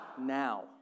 Now